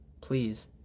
please